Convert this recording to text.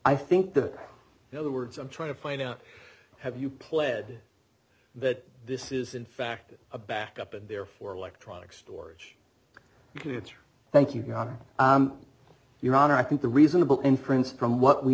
i think the other words i'm trying to find out have you pled that this is in fact a back up and therefore electronic storage thank you god your honor i think the reasonable inference from what we